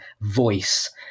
voice